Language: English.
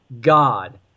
God